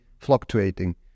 fluctuating